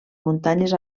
muntanyes